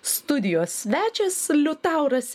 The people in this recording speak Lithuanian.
studijos svečias liutauras